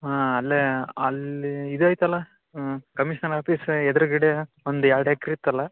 ಹಾಂ ಅಲ್ಲೇ ಅಲ್ಲಿ ಇದು ಐತಲ್ಲ ಕಮಿಷ್ನರ್ ಆಪೀಸ್ ಎದ್ರುಗಡೆಯ ಒಂದು ಎರ್ಡು ಎಕ್ರ್ ಇತ್ತಲ್ಲ